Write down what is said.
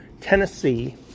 Tennessee